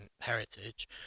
heritage